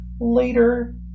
later